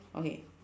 okay